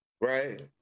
right